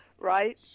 right